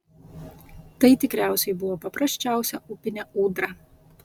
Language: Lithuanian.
tai tikriausiai buvo paprasčiausia upinė ūdra